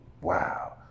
wow